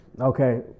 Okay